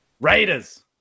raiders